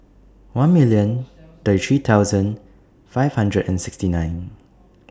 one million thirty three thousand five hundred and sixty nine